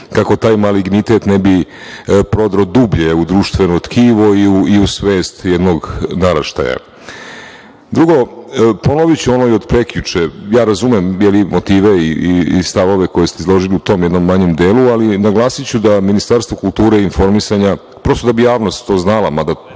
kako taj malignitet ne bi prodro dublje u društveno tkivo i u svest jednog naraštaja. Drugo, ponoviću ono od prekjuče, ja razumem motive i stavove koje ste izložili u tom jednom manjem delu, ali naglasiću da Ministarstvo kulture i informisanja, prosto da bi javnost to znala, mada